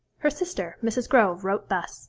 her sister, mrs. grove, wrote thus